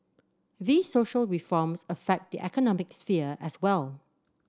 these social reforms affect the economic sphere as well